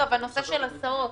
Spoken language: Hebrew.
בנושא של הסעות,